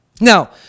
Now